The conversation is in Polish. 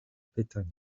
pytań